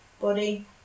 body